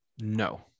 No